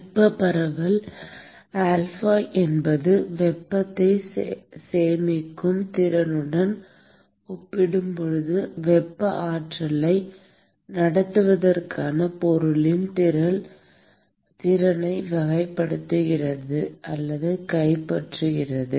வெப்ப பரவல் ஆல்பா என்பது வெப்பத்தை சேமிக்கும் திறனுடன் ஒப்பிடும்போது வெப்ப ஆற்றலை நடத்துவதற்கான பொருளின் திறனை வகைப்படுத்துகிறது அல்லது கைப்பற்றுகிறது